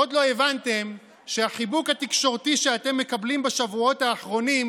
עוד לא הבנתם שהחיבוק התקשורתי שאתם מקבלים בשבועות האחרונים